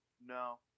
No